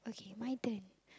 okay my turn